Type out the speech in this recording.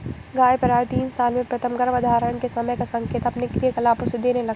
गाय प्रायः तीन साल में प्रथम गर्भधारण के समय का संकेत अपने क्रियाकलापों से देने लगती हैं